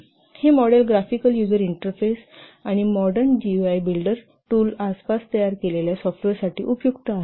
PMNAP1 reuse100PROD हे model graphical user interface आणि modern GUI builder tool आसपास तयार केलेल्या सॉफ्टवेअरसाठी उपयुक्त आहे